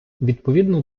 відповідно